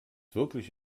wirklich